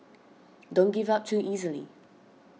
don't give up too easily